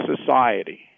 society